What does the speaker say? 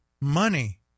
money